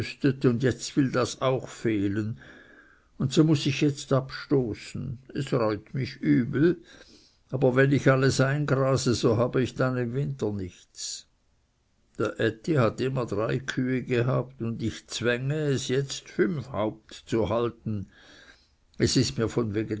und jetzt will das auch fehlen und so muß ich jetzt abstoßen sie reut mich übel aber wenn ich alles eingrase so habe ich dann im winter nichts dr ätti hat immer drei kühe gehabt und ich zwänge es jetzt fünf haupt zu halten es ist mir von wegen